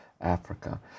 Africa